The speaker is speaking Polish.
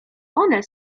one